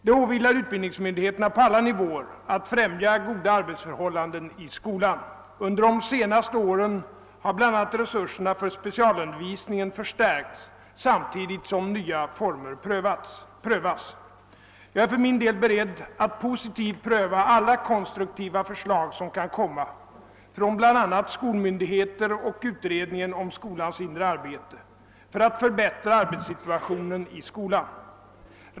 Det åvilar utbildningsmyndigheterna på alla nivåer att främja goda arbetsförhållanden i skolan. Under de senaste åren har bl.a. resurserna för specialundervisningen = förstärkts samtidigt som nya former prövas. Jag är för min del beredd att positivt pröva alla konstruktiva förslag som kan komma — från bl.a. skolmyndigheter och utredningen om skolans inre arbete — för att förbättra arbetssituationen i skolan.